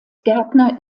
gärtner